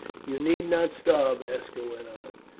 you need not starve, aska went on.